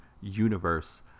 universe